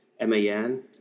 MAN